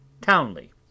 Townley